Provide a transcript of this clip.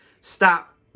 Stop